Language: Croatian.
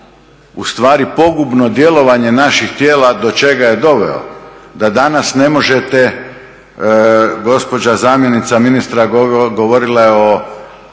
ustvari pogubno djelovanje naših tijela do čega je dovelo da danas ne možete gospođa zamjenica ministra govorila je o